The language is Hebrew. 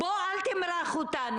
אל תמרח אותנו.